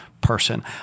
person